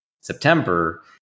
september